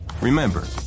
Remember